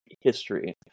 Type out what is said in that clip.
History